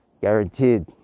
Guaranteed